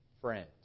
friends